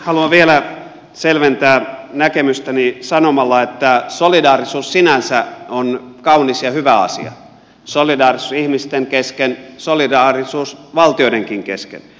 haluan vielä selventää näkemystäni sanomalla että solidaarisuus sinänsä on kaunis ja hyvä asia solidaarisuus ihmisten kesken solidaarisuus valtioidenkin kesken